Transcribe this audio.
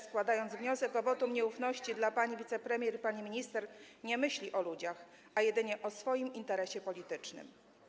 składając wniosek o wotum nieufności wobec pani wicepremier i pani minister, nie myśli o ludziach, a jedynie o swoim interesie politycznym.